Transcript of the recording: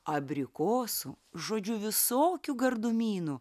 abrikosų žodžiu visokių gardumynų